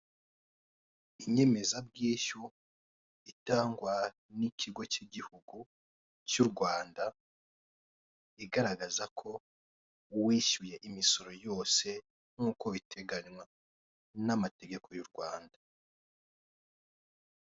Inyemeza bwishyu, itangwa n'ikigo k'igihugu cy'u Rwanda, igaragaza ko wishyuye imisoro yose, nk'uko biteganywa n'amategeko y'u Rwanda.